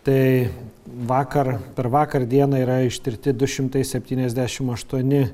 tai vakar per vakar dieną yra ištirti du šimtai septyniasdešimt aštuoni